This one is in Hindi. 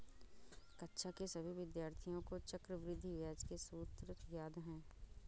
कक्षा के सभी विद्यार्थियों को चक्रवृद्धि ब्याज के सूत्र याद हैं